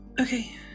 Okay